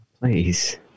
Please